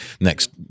next